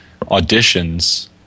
auditions